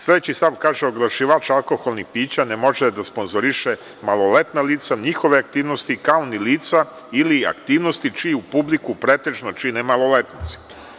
Sledeći stav kaže – oglašivač alkoholnih pića ne može da sponzoriše maloletna lica, njihove aktivnosti, kao ni lica ili aktivnosti čiju publiku pretežno čine maloletnici.